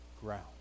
ground